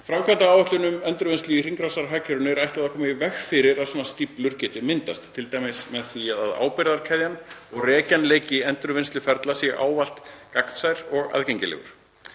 Framkvæmdaáætlun um endurvinnslu í hringrásarhagkerfinu er ætlað að koma í veg fyrir að svona stíflur geti myndast, t.d. með því að ábyrgðarkeðjan og rekjanleiki endurvinnsluferla sé ávallt gagnsær og aðgengilegur.